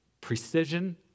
precision